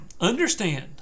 understand